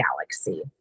galaxy